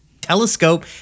telescope